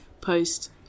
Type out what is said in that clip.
post